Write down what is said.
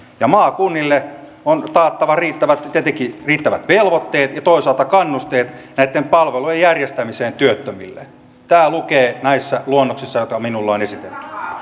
ja maakunnille on taattava tietenkin riittävät velvoitteet ja toisaalta kannusteet näitten palvelujen järjestämiseen työttömille tämä lukee näissä luonnoksissa joita minulle on esitetty